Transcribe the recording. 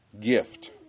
gift